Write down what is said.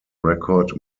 record